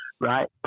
right